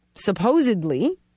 supposedly